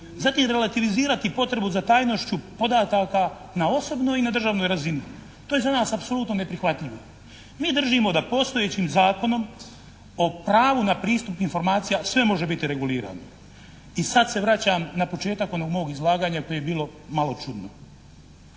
zatim relativizirati potrebu za tajnošću podataka na osobnoj i na državnoj razini. To je za nas apsolutno neprihvatljivo. Mi držimo da postojećim Zakonom o pravu na pristup informacija sve može biti regulirano. I sad se vraćam na početak onog mog izlaganja koje je bilo malo čudno.